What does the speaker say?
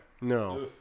No